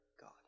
god